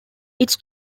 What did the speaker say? its